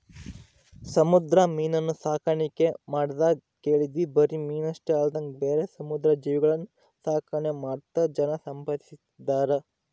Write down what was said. ಸಮುದ್ರ ಮೀನುನ್ನ ಸಾಕಣ್ಕೆ ಮಾಡದ್ನ ಕೇಳಿದ್ವಿ ಬರಿ ಮೀನಷ್ಟೆ ಅಲ್ದಂಗ ಬೇರೆ ಸಮುದ್ರ ಜೀವಿಗುಳ್ನ ಸಾಕಾಣಿಕೆ ಮಾಡ್ತಾ ಜನ ಸಂಪಾದಿಸ್ತದರ